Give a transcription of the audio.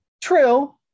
True